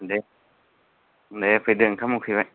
दे दे फैदों ओंखाम उखैबाय